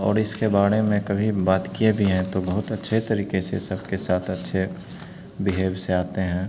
और इसके बारे में कभी बात किए भी हैं तो बहुत अच्छे तरीक़े से सबके साथ अच्छे बीहेव से आते हैं